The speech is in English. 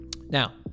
Now